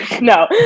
No